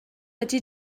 ydy